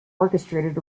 orchestrated